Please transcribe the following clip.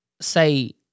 Say